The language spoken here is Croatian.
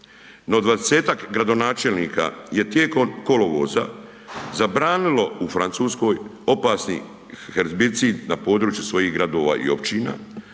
no 20-tak gradonačelnika je tijekom kolovoza zabranilo u Francuskoj opasni herbicid na području svojih gradova i općina